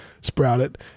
sprouted